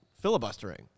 filibustering